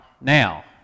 Now